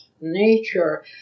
nature